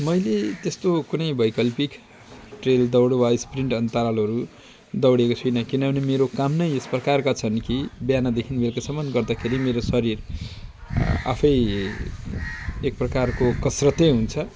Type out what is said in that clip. मैले त्यस्तो कुनै वैकल्पिक ट्रेल दौड वा स्पिड अन्तरालहरू दौडेको छैन किनभने मेरो काम नै यस प्रकारका छन् कि बिहानदेखि बेलुकासम्म गर्दाखेरि मेरो शरीर आफै एक प्रकारको कसरतै हुन्छ